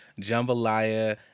jambalaya